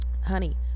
honey